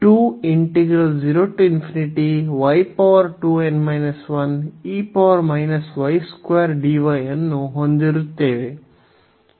ಆದ್ದರಿಂದ ನಾವು ಅನ್ನು ಹೊಂದಿರುತ್ತೇವೆ